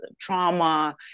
trauma